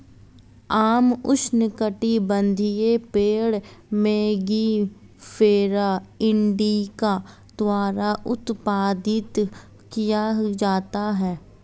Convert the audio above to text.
आम उष्णकटिबंधीय पेड़ मैंगिफेरा इंडिका द्वारा उत्पादित किया जाता है